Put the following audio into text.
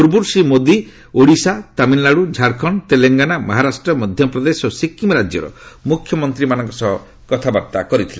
ପୂର୍ବରୁ ଶ୍ରୀ ମୋଦୀ ତାମିଲନାଡୁ ଝାଡ଼ଖଣ୍ଡ ଓଡ଼ିଶା ତେଲଙ୍ଗାନା ମହାରାଷ୍ଟ୍ର ମଧ୍ୟପ୍ରଦେଶ ଓ ସିକିମ ରାଜ୍ୟର ମୁଖ୍ୟମନ୍ତ୍ରୀମାନଙ୍କ ସହ କଥାବାର୍ତ୍ତା କରିଥିଲେ